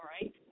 right